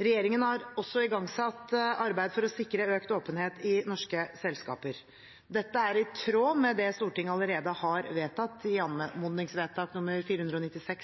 Regjeringen har også igangsatt arbeid for å sikre økt åpenhet i norske selskaper. Dette er i tråd med det Stortinget allerede har vedtatt, anmodningsvedtak nr. 496